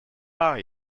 are